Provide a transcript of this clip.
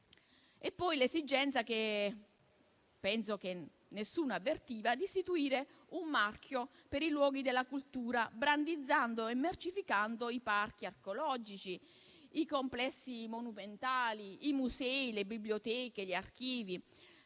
nessuno. Credo poi che nessuno avvertisse l'esigenza di istituire un marchio per i luoghi della cultura, brandizzando e mercificando i parchi archeologici, i complessi monumentali, i musei, le biblioteche e gli archivi.